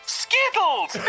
skittles